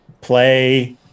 play